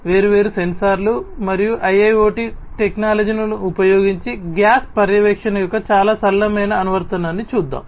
వేర్వేరు సెన్సార్లు మరియు IIoT టెక్నాలజీలను ఉపయోగించి గ్యాస్ పర్యవేక్షణ యొక్క చాలా సరళమైన అనువర్తనాన్ని చూద్దాం